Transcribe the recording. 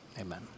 amen